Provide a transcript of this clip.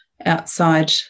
outside